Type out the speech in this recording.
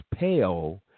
pale